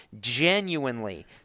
genuinely